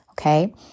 okay